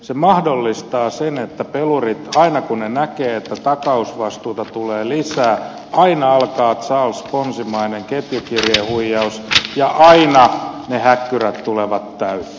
se mahdollistaa sen että pelureilla kun ne näkevät että takausvastuuta tulee lisää aina alkaa charlesponzimainen ketjukirjehuijaus ja aina ne häkkyrät tulevat täyteen